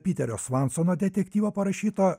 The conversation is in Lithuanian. piterio svansono detektyvo parašyto